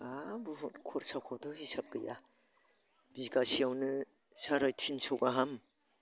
बुहुद खरसाखौथ' हिबास गैया बिगासेयावनो साराइ तिनस' गाहाम